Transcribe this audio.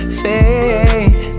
faith